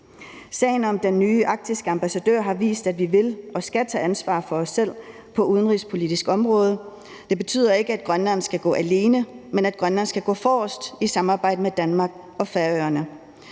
Sagen om den nye arktiske ambassadør har vist, at vi vil og skal tage ansvar for os selv på det udenrigspolitiske område. Det betyder ikke, at Grønland skal gå alene, men at Grønland skal gå forrest i samarbejde med Danmark og Færøerne.